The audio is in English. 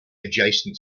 adjacent